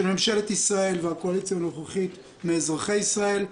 ממשלת ישראל והקואליציה הנוכחית מאזרחי ישראל.